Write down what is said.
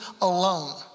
alone